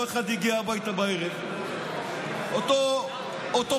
אותו אחד הגיע הביתה בערב, אותו פורע,